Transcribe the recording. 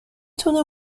تونه